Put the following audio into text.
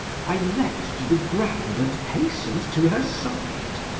i leaped to the ground and hastened to her side.